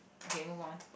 okay move on